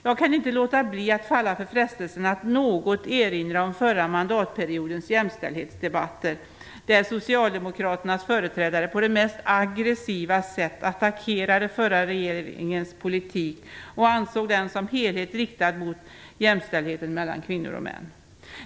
Jag kan inte låta bli att falla för frestelsen att något erinra om den förra mandatperiodens jämställdhetsdebatter, där Socialdemokraternas företrädare på det mest aggressiva sätt attackerade den förra regeringens politik och ansåg den som helhet riktad mot jämställdheten mellan kvinnor och män.